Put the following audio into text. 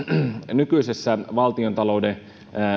nykyisessä valtiontalouden